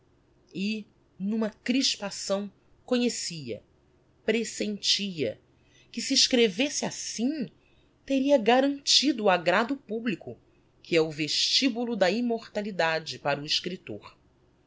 e n'uma crispação conhecia presentia que se escrevesse assim teria garantido o agrado publico que é o vestibulo da immortalidade para o escriptor